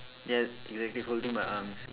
yes exactly holding my arms